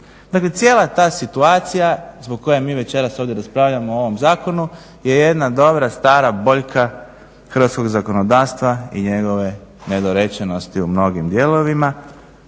Dakle cijela ta situacija zbog koje mi večeras ovdje raspravljamo u ovom zakonu je jedna dobra stara boljka hrvatskog zakonodavstva i njegove nedorečenosti u mnogim dijelovima.